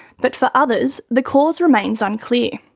but for others, the cause remains unclear.